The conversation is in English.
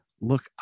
look